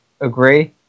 agree